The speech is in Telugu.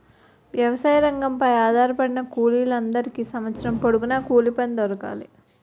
వ్యవసాయ రంగంపై ఆధారపడిన కూలీల అందరికీ సంవత్సరం పొడుగున కూలిపని దొరకాలి